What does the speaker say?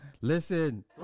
listen